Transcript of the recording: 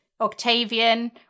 Octavian